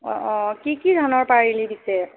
অঁ অঁ কি কি ধানৰ পাৰিলি পিছে